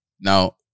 now